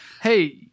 hey